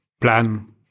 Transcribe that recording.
plan